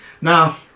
Now